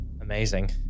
Amazing